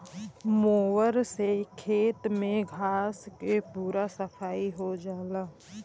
mower से खेत में घास के पूरा सफाई हो जाला